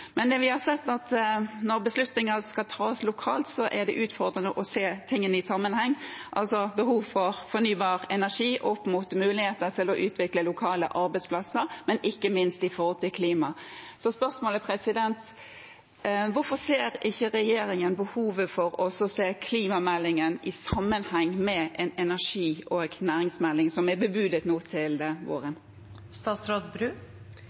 Men vi har sett at når beslutninger skal tas lokalt, er det utfordrende å se tingene i sammenheng, altså behovet for fornybar energi opp mot mulighetene for å utvikle lokale arbeidsplasser, ikke minst i forhold til klima. Spørsmålet er: Hvorfor ser ikke regjeringen behovet for å se klimameldingen i sammenheng med en energi- og næringsmelding, som er bebudet til våren? Det er ingen tvil om at vi har noen veldig krevende mål å nå